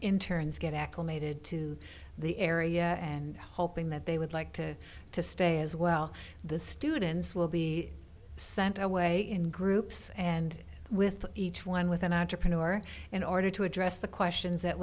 interns get acclimated to the area and hoping that they would like to to stay as well the students will be sent away in groups and with each one with an entrepreneur in order to address the questions that